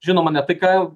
žinoma ne tai ką